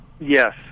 Yes